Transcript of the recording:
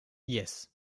yes